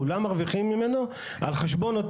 כולם מרוויחים ממנו על חשבון אותו